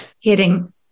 hitting